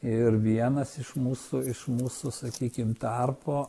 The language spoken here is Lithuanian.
ir vienas iš mūsų iš mūsų sakykim tarpo